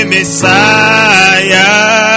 Messiah